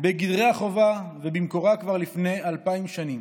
בגדרי החובה ובמקורה כבר לפני אלפיים שנים.